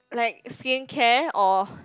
like skincare or